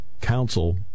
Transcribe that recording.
Council